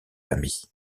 amis